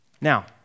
Now